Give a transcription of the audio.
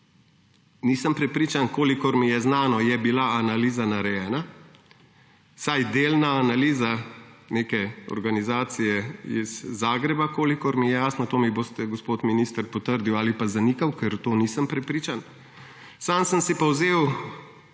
nisem prepričan, kolikor mi je znano, je bila analiza narejena, vsaj delna analiza neke organizacije iz Zagreba, kolikor mi je jasno, to mi boste, gospod minister, potrdili ali pa zanikali, ker v to nisem prepričan. Sam pa sem si vzel